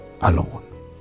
alone